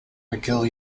mcgill